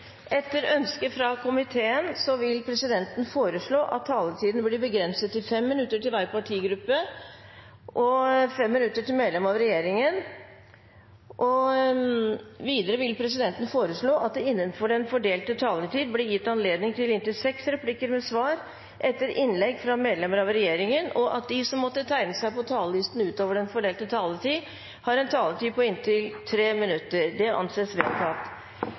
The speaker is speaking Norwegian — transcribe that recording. Etter ønske fra finanskomiteen vil presidenten foreslå at taletiden blir begrenset til 5 minutter til hver partigruppe og 5 minutter til medlemmer av regjeringen. Videre vil presidenten foreslå at det – innenfor den fordelte taletid – blir gitt anledning til inntil seks replikker med svar etter innlegg fra medlemmer av regjeringen, og at de som måtte tegne seg på talerlisten utover den fordelte taletid, får en taletid på inntil 3 minutter. – Det anses vedtatt.